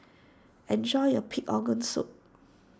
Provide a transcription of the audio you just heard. enjoy your Pig Organ Soup